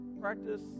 practice